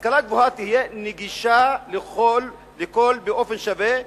השכלה גבוהה תהיה נגישה לכול באופן שווה,